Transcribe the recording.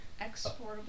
Exportable